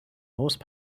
horse